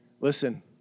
Listen